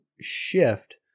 shift